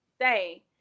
say